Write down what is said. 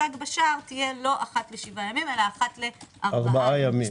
שתוצג בשער תהיה לא אחת לשבעה ימים אלא אחת לארבעה ימים.